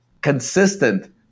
consistent